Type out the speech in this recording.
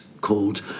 called